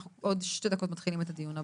אנחנו עוד שתי דקות מתחילים את הדיון הבא.